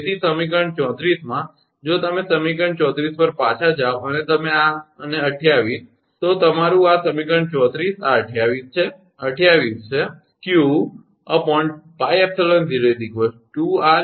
તેથી સમીકરણ 34 માં જો તમે સમીકરણ 34 પર પાછા જાઓ અને તમે આ અને 28 તો તમારું આ સમીકરણ 34 આ 28 છે 28 છે q 𝑞𝜋𝜖𝑜 2𝑟𝐺𝑟 બરાબર